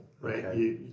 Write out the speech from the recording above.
right